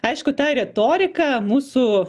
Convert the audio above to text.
aišku ta retorika mūsų